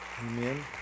Amen